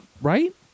right